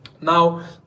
now